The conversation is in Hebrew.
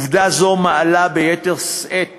עובדה זו מעלה ביתר שאת